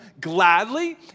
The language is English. gladly